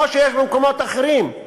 כמו שיש במקומות אחרים.